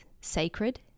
sacred